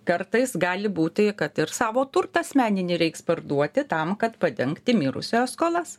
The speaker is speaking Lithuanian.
kartais gali būti kad ir savo turtą asmeninį reiks parduoti tam kad padengti mirusiojo skolas